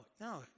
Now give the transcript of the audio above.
no